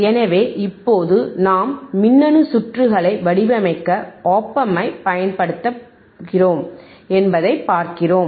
எனவே இப்போது நாம் மின்னணு சுற்றுகளை வடிவமைக்க op amp ஐப் பயன்படுத்துகிறோம் என்பதை பார்க்கிறோம்